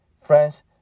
friends